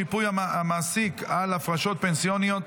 שיפוי המעסיק על הפרשות פנסיוניות